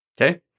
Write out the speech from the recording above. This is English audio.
Okay